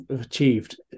achieved